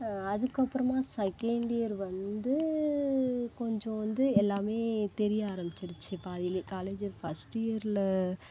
அதுக்கப்புறமா second year வந்து கொஞ்சம் வந்து எல்லாமே தெரிய ஆரம்மிச்சிருச்சு பாதியில காலேஜ் ஃபர்ஸ்ட்டு இயரில்